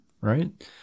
Right